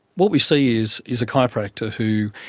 what we see is is a chiropractor who,